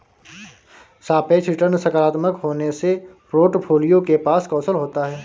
सापेक्ष रिटर्न सकारात्मक होने से पोर्टफोलियो के पास कौशल होता है